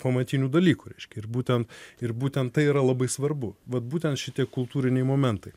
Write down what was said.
pamatinių dalykų reiškia ir būtent ir būtent tai yra labai svarbu vat būtent šitie kultūriniai momentai